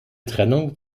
trennung